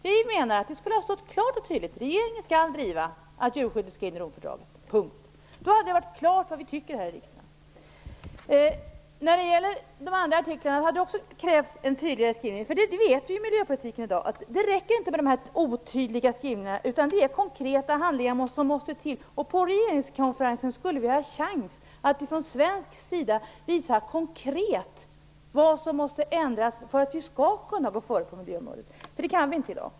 Vi menar att det skulle ha stått klart och tydligt: Regeringen skall driva att djurskyddet skall in i Romfördraget. Då hade det stått klart vad vi tycker här i riksdagen. Också när det gäller de andra artiklarna hade det krävts en tydligare skrivning. Vi vet ju i dag att det inom miljöpolitiken inte räcker med de här otydliga skrivningarna utan att konkreta handlingar måste till. På regeringskonferensen skulle vi ha haft en chans att från svensk sida visa konkret vad som måste ändras för att vi skall kunna gå före på miljöområdet. Det kan vi inte i dag.